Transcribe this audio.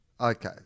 Okay